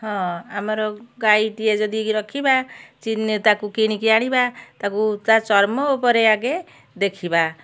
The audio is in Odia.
ହଁ ଆମର ଗାଈ ଟିଏ ଯଦି ରଖିବା ଚିନି ତାକୁ କିଣିକି ଆଣିବା ତାକୁ ତା ଚର୍ମ ଉପରେ ଆଗେ ଦେଖିବା